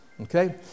Okay